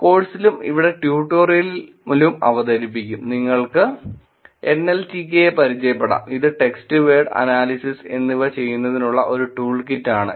കോഴ്സിലും ഇവിടെ ട്യൂട്ടോറിയലിൽ അവതരിപ്പിക്കും നിങ്ങൾക്ക് എൻ എൽ ടി കെ യെ പരിചയപ്പെടുത്താം ഇത് ടെക്സ്റ്റ് വേഡ് അനാലിസിസ് എന്നിവ ചെയ്യുന്നതിനുള്ള ഒരു ടൂൾ കിറ്റ് ആണ്